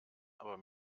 aber